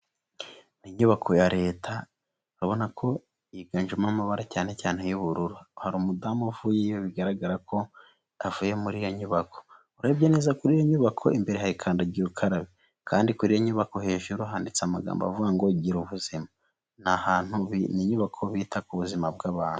Inyubako ya leta, ubona ko yiganjemo amabara cyane cyane y'ubururu. Hari umudamu uvuyeyo bigaragara ko avuye muri iyo nyubako. Urebye neza kuri iyo nyubako imbere hari kandagirukarabe. Kandi kuri iyo nyubako hejuru handitseho amagambo avuga ngo: ''Gira ubuzima''. Ni ahantu inyubako bita ku buzima bw'abantu.